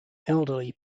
elderly